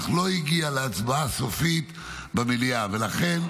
אך לא הגיעה להצבעה סופית במליאה -- אתה